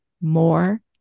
more